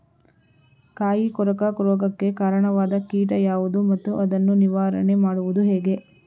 ಕಾಯಿ ಕೊರಕ ರೋಗಕ್ಕೆ ಕಾರಣವಾದ ಕೀಟ ಯಾವುದು ಮತ್ತು ಅದನ್ನು ನಿವಾರಣೆ ಮಾಡುವುದು ಹೇಗೆ?